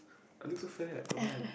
I look so fat